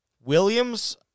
Williams